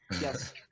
Yes